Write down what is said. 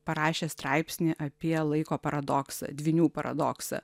parašė straipsnį apie laiko paradoksą dvynių paradoksą